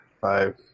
five